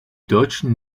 deutschen